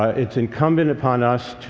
ah it's incumbent upon us,